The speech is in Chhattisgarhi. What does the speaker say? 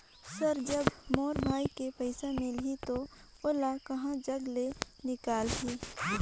सर जब मोर भाई के पइसा मिलही तो ओला कहा जग ले निकालिही?